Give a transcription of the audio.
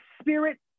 spirit